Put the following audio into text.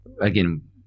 Again